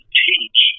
teach